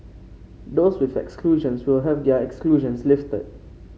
those with exclusions will have their exclusions lifted